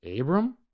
Abram